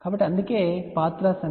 కాబట్టి అందుకే path loss పెరిగింది